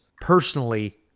personally